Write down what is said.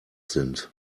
sind